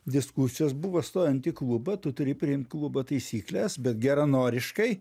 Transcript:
diskusijos buvo stojant į klubą tu turi priimt klubo taisykles bet geranoriškai